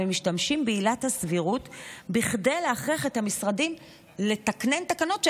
ומשתמשים בעילת הסבירות כדי להכריח את המשרדים לתקנן תקנות,